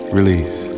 Release